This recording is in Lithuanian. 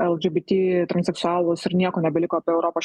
lgbt transseksualūs ir nieko nebeliko apie europos